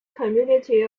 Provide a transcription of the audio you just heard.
community